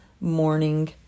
morning